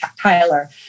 Tyler